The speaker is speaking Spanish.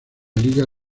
liga